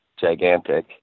gigantic